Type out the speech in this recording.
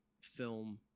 film